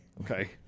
Okay